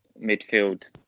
midfield